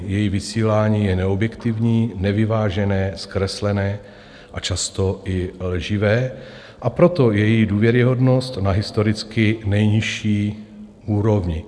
Její vysílání je neobjektivní, nevyvážené, zkreslené a často i lživé, a proto je její důvěryhodnost na historicky nejnižší úrovni.